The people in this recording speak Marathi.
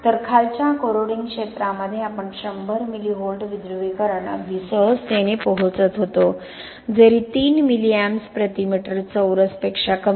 तर खालच्या कोरोडिंग क्षेत्रामध्ये आपण100 मिली व्होल्ट विध्रुवीकरण अगदी सहजतेने पोहोचत होतो जरी 3 मिली amps प्रति मीटर चौरस पेक्षा कमी